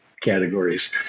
categories